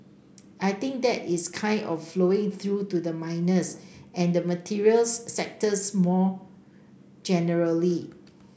I think that is kind of flowing through to the miners and the materials sectors more generally